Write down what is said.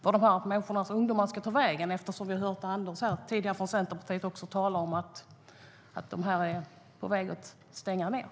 Vart ska ungdomarna ta vägen? Vi har hört Anders Ahlgren från Centerpartiet tala om att besöksnäringarna är på väg att stängas ned.